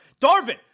Darvin